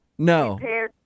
No